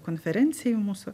konferencijai mūsų